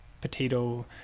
potato